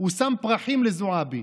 הוא שם פרחים לזועבי.